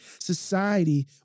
society